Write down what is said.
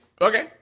okay